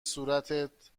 صورتت